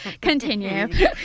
Continue